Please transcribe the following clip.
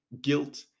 guilt